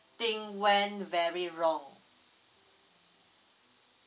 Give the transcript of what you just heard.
thing went very wrong